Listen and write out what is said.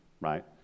right